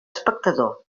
espectador